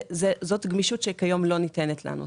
זאת גמישות שכיום לא ניתנת לנו,